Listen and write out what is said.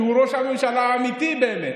כי הוא ראש הממשלה האמיתי באמת.